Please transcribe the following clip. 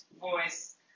voice